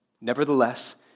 Nevertheless